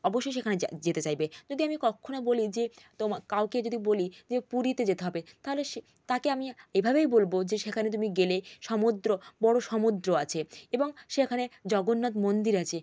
অবশ্যই সেখানে যেতে চাইবে যদি আমি কখনও বলি যে কাউকে যদি বলি যে পুরীতে যেতে হবে তাহলে সে তাকে আমি এভাবেই বলব যে সেখানে তুমি গেলে সমুদ্র বড় সমুদ্র আছে এবং সেখানে জগন্নাথ মন্দির আছে